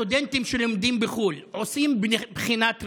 הסטודנטים שלומדים בחו"ל עושים בחינת רישוי,